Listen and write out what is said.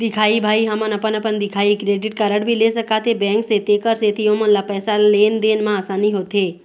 दिखाही भाई हमन अपन अपन दिखाही क्रेडिट कारड भी ले सकाथे बैंक से तेकर सेंथी ओमन ला पैसा लेन देन मा आसानी होथे?